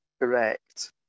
correct